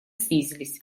снизились